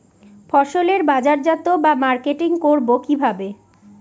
ফসলের বাজারজাত বা মার্কেটিং করব কিভাবে?